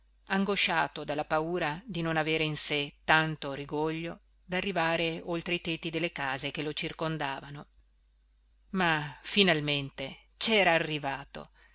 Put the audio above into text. angosciato dalla paura di non avere in sé tanto rigoglio da arrivare oltre i tetti delle case che lo circondavano ma finalmente cera arrivato